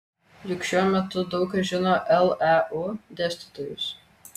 juk šiuo metu daug kas žino leu dėstytojus